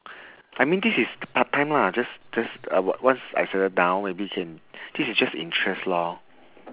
I mean this is part time lah just just on~ once I settle down maybe can this is just interest lor